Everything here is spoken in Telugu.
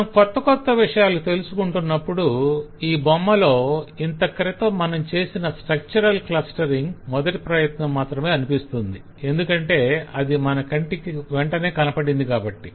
మనం కొత్త విషయాలు తెలుసుకుంటున్నప్పుడు ఈ బొమ్మలో ఇంత క్రితం మనం చేసిన స్ట్రక్చరల్ క్లస్టరింగ్ మొదటి ప్రయత్నం మాత్రమే అనిపిస్తుంది ఎందుకంటే అది మన కంటికి వెంటనే కనపడింది కాబట్టి